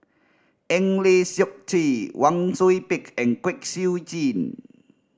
Eng Lee Seok Chee Wang Sui Pick and Kwek Siew Jin